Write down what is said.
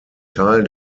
teil